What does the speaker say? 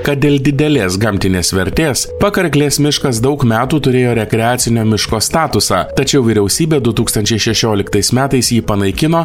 kad dėl didelės gamtinės vertės pakarklės miškas daug metų turėjo rekreacinio miško statusą tačiau vyriausybė du tūkstančiai šešioliktais metais jį panaikino